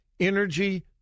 Energy